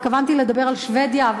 התכוונתי לדבר על שבדיה,